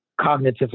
cognitively